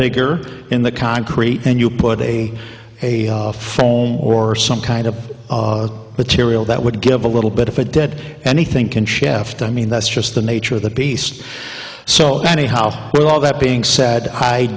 bigger in the concrete and you put a a foam or some kind of material that would give a little bit of a dead anything can shift i mean that's just the nature of the beast so anyhow with all that being said i